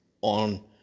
on